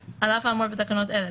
הוראת מעבר 10. על אף האמור בתקנות אלה,